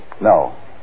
No